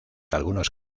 algunos